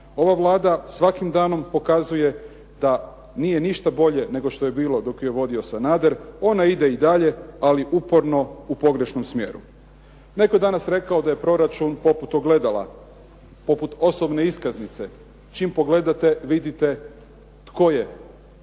Ova Vlada svakim danom pokazuje da nije ništa bolje nego što je bilo dok ju je vodio Sanader. Ona ide i dalje, ali uporno u pogrešnom smjeru. Netko je danas rekao da je proračun poput ogledala, poput osobne iskaznice. Čim pogledate vidite tko je vlasnik